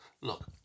Look